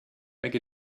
make